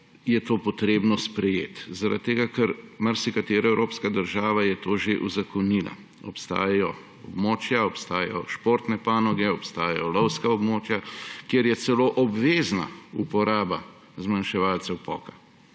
je to treba sprejeti? Zaradi tega ker je marsikatera evropska države to že uzakonila. Obstajajo območja, obstajajo športne panoge, obstajajo lovska območja, kjer je celo obvezna uporaba zmanjševalcev poka.